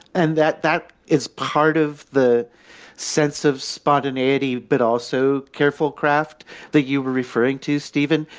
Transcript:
and that that is part of the sense of spontaneity, but also careful craft that you were referring to, steven,